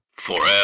Forever